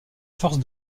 force